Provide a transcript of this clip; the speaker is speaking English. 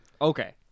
okay